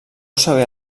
saber